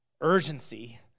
Urgency